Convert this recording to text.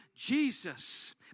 Jesus